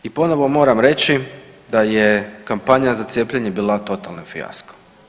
I ponovo moram reći da je kampanja za cijepljenje bila totalni fijasko.